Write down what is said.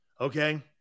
okay